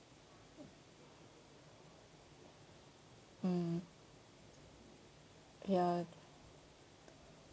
mm ya